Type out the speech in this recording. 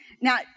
Now